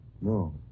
No